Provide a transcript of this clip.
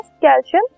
calcium